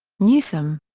newseum.